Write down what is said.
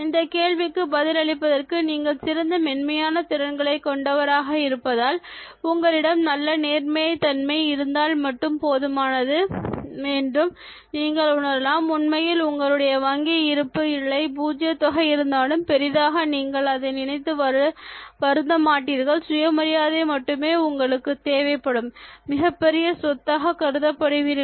இந்தக் கேள்விக்கு பதில் அளிப்பதற்கு நீங்கள் மிகச்சிறந்த மென்மையான திறன்களை கொண்டவராக இருந்தால் உங்களிடம் நல்ல நேர்மை தன்மை இருந்தால் மட்டும் போதுமானது என்று நீங்கள் உணரலாம் உண்மையில் உங்களுடைய வங்கி இருப்பு இல்லை பூஜ்ஜிய தொகை இருந்தாலும் பெரிதாக நீங்கள் அதை நினைத்து வருந்த மாட்டீகள் சுயமரியாதை மட்டுமே உங்களுக்கு தேவைப்படும் மிகப்பெரிய சொத்தாக கருதுவீர்கள்